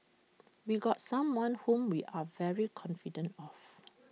we got someone whom we are very confident of